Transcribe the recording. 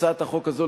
הצעת החוק הזאת,